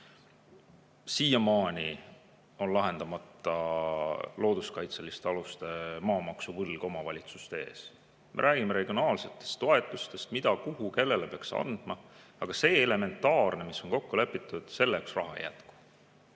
Siiamaani on lahendamata looduskaitseliste [piirangutega seotud] maamaksuvõlg omavalitsuste ees. Me räägime regionaalsetest toetustest, mida, kuhu ja kellele peaks andma, aga see elementaarne, mis on kokku lepitud – selleks raha ei jätku.